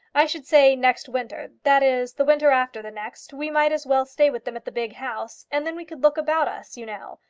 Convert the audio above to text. i should say next winter that is the winter after the next we might as well stay with them at the big house, and then we could look about us, you know.